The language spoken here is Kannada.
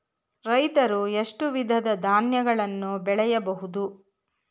ರೈತರು ಎಷ್ಟು ವಿಧದ ಧಾನ್ಯಗಳನ್ನು ಬೆಳೆಯಬಹುದು?